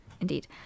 indeed